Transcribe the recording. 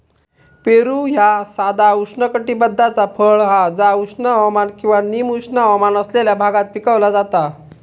पेरू ह्या साधा उष्णकटिबद्धाचा फळ हा जा उष्ण हवामान किंवा निम उष्ण हवामान असलेल्या भागात पिकवला जाता